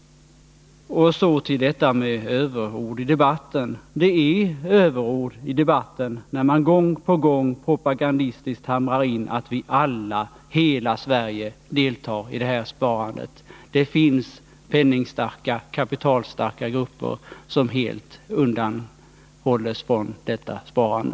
Så till detta om överord i debatten. Det är överord när man gång på gång propagandistiskt hamrar in att vi alla, hela Sverige, deltar i detta sparande. Det finns kapitalstarka grupper som helt undantas från detta sparande.